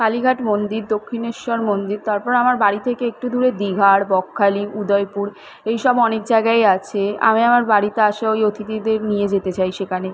কালীঘাট মন্দির দক্ষিণেশ্বর মন্দির তারপর আমার বাড়ি থেকে একটু দূরে দীঘা আর বকখালি উদয়পুর এইসব অনেক জায়গাই আছে আমি আমার বাড়িতে আসা ওই অতিথিদের নিয়ে যেতে চাই সেখানে